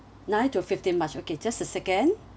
nine to fifteen march okay just a second